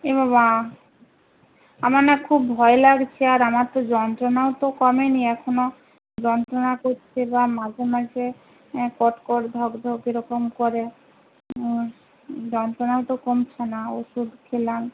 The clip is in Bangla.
এ বাবা আমার না খুব ভয় লাগছে আর আমার তো যন্ত্রণাও তো কমেনি এখনও যন্ত্রণা করছে বা মাঝে মাঝে কটকট ধকধক এরকম করে যন্ত্রণাও তো কমছে না ওষুধ খেলাম